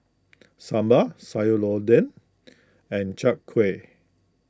Sambal Sayur Lodeh and Chai Kuih